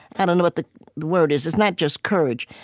and know what the word is it's not just courage,